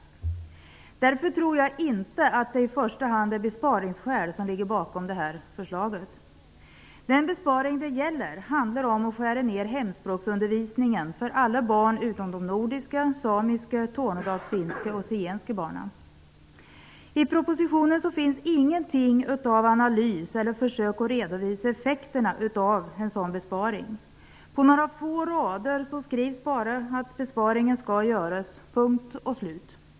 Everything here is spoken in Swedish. Därför tror jag inte att det i första hand är besparingsskäl som ligger bakom förslaget. Den besparing det gäller handlar om att skära ner hemspråksundervisningen för alla barn utom de nordiska, samiska, tornedalsfinska och zigenska barnen. I propositionen finns inga analyser eller försök att redovisa effekterna av en sådan besparing. På några få rader skrivs det bara att besparingen skall göras -- punkt slut.